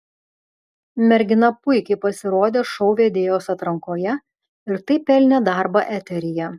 mergina puikiai pasirodė šou vedėjos atrankoje ir taip pelnė darbą eteryje